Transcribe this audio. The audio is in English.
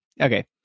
Okay